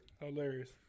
Hilarious